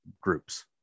groups